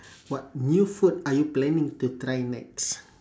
what new food are you planning to try next